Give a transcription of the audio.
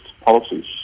policies